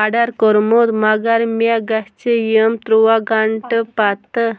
order کوٚرمُت مَگَر مےٚ گژھِ یِم تُرٛواہ گھنٹہٕ پتہٕ